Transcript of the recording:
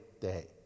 day